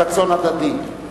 לחבר הכנסת דב חנין יש שאלה נוספת.